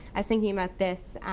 i was thinking about this